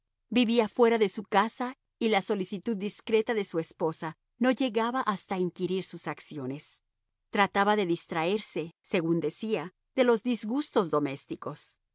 vivía fuera de su casa y la solicitud discreta de su esposa no llegaba hasta inquirir sus acciones trataba de distraerse según decía de los disgustos domésticos